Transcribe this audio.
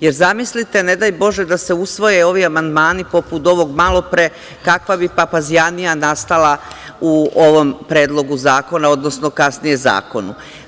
jer zamislite ne daj bože da se usvoje ovi amandmani, poput ovog malopre, kakva bi papazjanija nastala u ovom Predlogu zakona, odnosno kasnije zakonu.